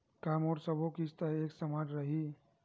का मोर सबो किस्त ह एक समान रहि?